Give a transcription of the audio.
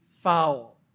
foul